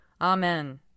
Amen